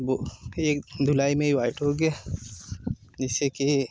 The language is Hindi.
वह फिर धुलाई में ही वाइट हो गया जिससे कि